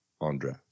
Andre